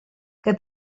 que